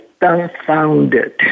dumbfounded